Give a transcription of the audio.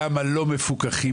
גם הלא מפוקחים,